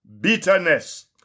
bitterness